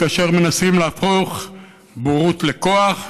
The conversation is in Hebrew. כאשר מנסים להפוך בורות לכוח,